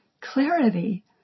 clarity